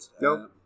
No